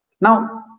Now